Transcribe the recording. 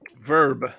Verb